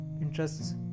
interests